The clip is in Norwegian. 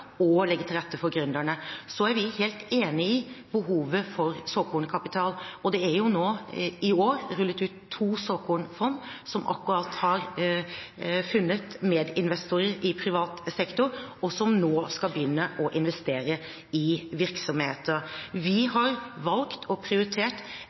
og utvikling av dagens næringsliv, og som skal legge til rette for gründerne. Vi er helt enig i behovet for såkornkapital. I år er det rullet ut to såkornfond, som akkurat har funnet medinvestorer i privat sektor, og som nå skal begynne å investere i virksomheter. Vi